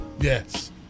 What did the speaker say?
Yes